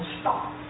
stop